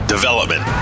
Development